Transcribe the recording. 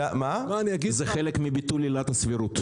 זה חלק מביטול עילת הסבירות.